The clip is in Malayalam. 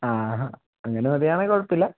ആ അങ്ങനെ വരുവാണെൽ കുഴപ്പമില്ല